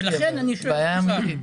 ולכן אני שואל את השר.